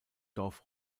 dorf